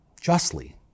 justly